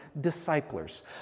disciples